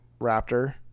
raptor